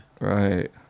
right